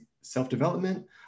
self-development